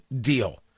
deal